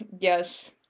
Yes